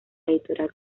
editorial